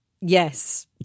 yes